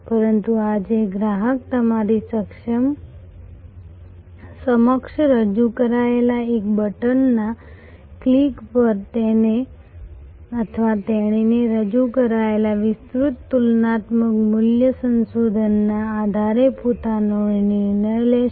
પરંતુ આજે ગ્રાહક તમારી સમક્ષ રજૂ કરાયેલા એક બટનના ક્લિક પર તેને અથવા તેણીને રજૂ કરાયેલા વિસ્તૃત તુલનાત્મક મૂલ્ય સંશોધનના આધારે પોતાનો નિર્ણય લેશે